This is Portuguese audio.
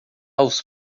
aos